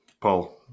Paul